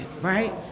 right